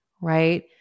right